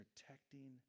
protecting